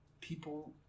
people